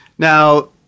Now